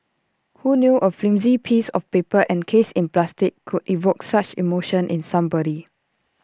who knew A flimsy piece of paper encased in plastic could evoke such emotion in somebody